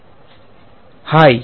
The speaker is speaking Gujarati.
વિદ્યાર્થી હાઈ